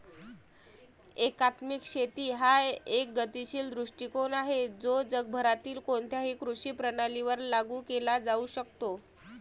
एकात्मिक शेती हा एक गतिशील दृष्टीकोन आहे जो जगभरातील कोणत्याही कृषी प्रणालीवर लागू केला जाऊ शकतो